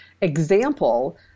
example